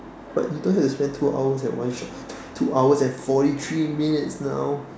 but you don't have to spend two hours at one shot two two hours and forty three minutes now